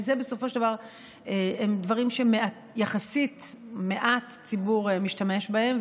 כי בסופו של דבר אלה דברים שיחסית מעט ציבור משתמש בהם,